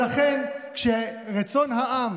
למה אתם